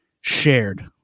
shared